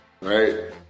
right